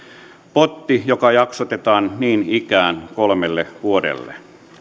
potti joka jaksotetaan niin ikään kolmelle vuodelle